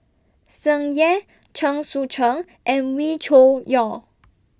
Tsung Yeh Chen Sucheng and Wee Cho Yaw